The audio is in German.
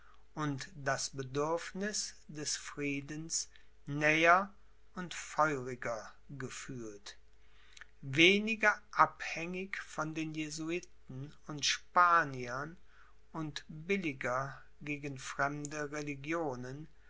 und das bedürfniß des friedens näher und feuriger gefühlt weniger abhängig von den jesuiten und spaniern und billiger gegen fremde religionen